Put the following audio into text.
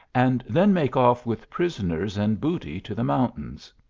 and then make off with prisoners and booty to the mountains.